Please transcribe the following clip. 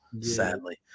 sadly